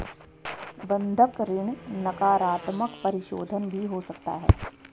बंधक ऋण नकारात्मक परिशोधन भी हो सकता है